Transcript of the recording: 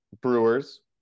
Brewers